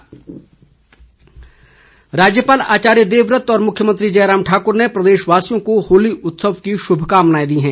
बधाई होली राज्यपाल आचार्य देवव्रत और मुख्यमंत्री जयराम ठाकुर ने प्रदेशवासियों को होली उत्सव की श्भकामनाएं दी हैं